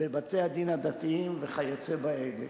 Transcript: כרגע בבתי-הדין הדתיים וכיוצא באלה.